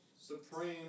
supreme